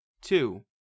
two